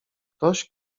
ktoś